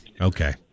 Okay